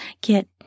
get